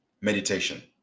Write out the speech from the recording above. meditation